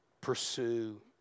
pursue